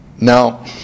Now